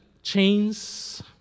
Chains